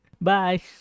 bye